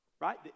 right